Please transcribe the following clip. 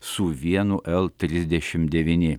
su vienu el trisdešimt devyni